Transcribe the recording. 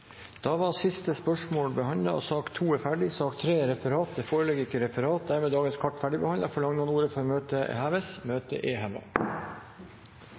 er sak nr. 2 ferdigbehandlet. Det foreligger ikke noe referat. Dermed er dagens kart ferdigbehandlet. Forlanger noen ordet før møtet heves? – Møtet er